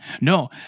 No